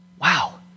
Wow